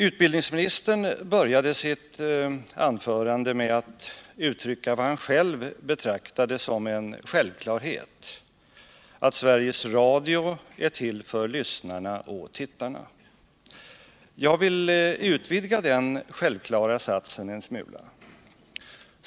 Utbildningsministern började sitt anförande med att uttrycka vad han själv betraktar som en självklarhet — att Sveriges Radio är till för lyssnarna och tittarna. Jag vill utvidga den självklara satsen en smula.